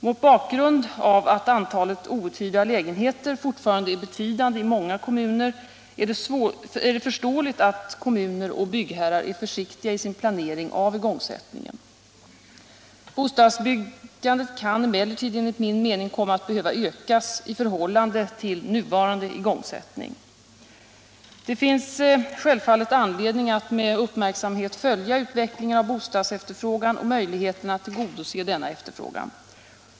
Mot bakgrund av att antalet outhyrda lägenheter fortfarande är betydande i många kommuner är det förståeligt att kommuner och byggherrar är försiktiga i sin planering av igångsättningen. Bostadsbyggandet kan emellertid enligt min mening komma att behöva ökas i förhållande till nuvarande igångsättning. Det finns självfallet anledning att med uppmärksamhet följa utvecklingen av bostadsefterfrågan och möjligheterna att tillgodose denna efterfrågan.